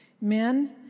Men